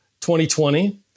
2020